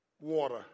water